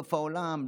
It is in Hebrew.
סוף העולם,